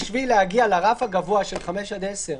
בשביל להגיע לרף הגבוה של 5,000 עד 10,000,